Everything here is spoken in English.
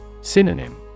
Synonym